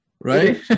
right